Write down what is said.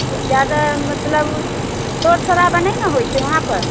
ओ जादा मतलब शोर शराबा नहि ने होइ छै वहाँपर